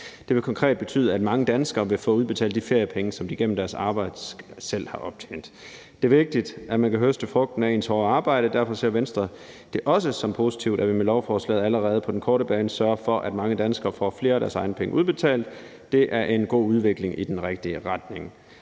Det vil konkret betyde, at mange danskere vil få udbetalt de feriepenge, som de gennem deres arbejde selv har optjent. Det er vigtigt, at man kan høste frugten af ens hårde arbejde, og derfor ser Venstre det også som positivt, at vi med lovforslaget allerede på den korte bane sørger for, at mange danskere får flere af deres egne penge udbetalt. Det er en god udvikling i den rigtige retning.